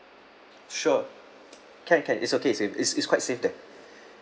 sure can can it's okay it's it's quite safe there